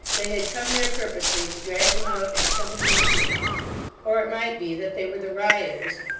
they had come there purposely to drag him out and kill him in the street or it might be that they were the rioters,